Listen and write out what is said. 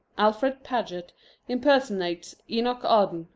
alfred paget impersonates enoch arden,